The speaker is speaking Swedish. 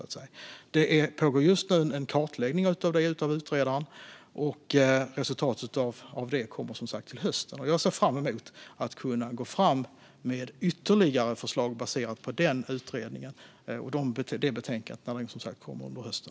Utredaren gör just nu en kartläggning av detta, och resultatet kommer som sagt till hösten. Jag ser fram emot att kunna gå fram med ytterligare förslag baserat på den utredningen och det betänkandet när det kommer under hösten.